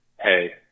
Hey